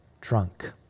drunk